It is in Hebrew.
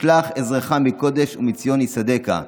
ישלח עזרך מקדש ומציון יסעדך.